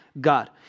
God